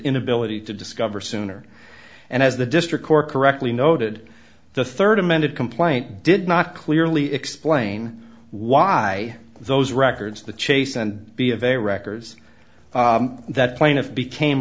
inability to discover sooner and as the district court correctly noted the third amended complaint did not clearly explain why those records the chase and b of a records that plaintiff became